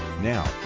Now